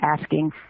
asking